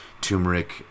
turmeric